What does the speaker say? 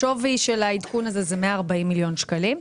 שווי העדכון הזה הוא 140 מיליון שקלים.